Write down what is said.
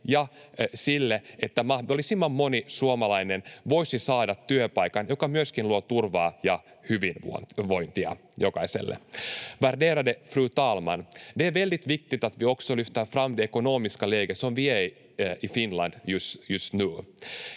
ja sille, että mahdollisimman moni suomalainen voisi saada työpaikan, mikä myöskin luo turvaa ja hyvinvointia jokaiselle. Värderade fru talman! Det är väldigt viktigt att vi också lyfter fram det ekonomiska läge där vi är i Finland just nu.